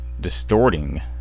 distorting